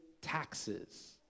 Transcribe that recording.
taxes